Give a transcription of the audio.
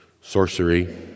sorcery